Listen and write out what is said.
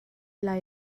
lai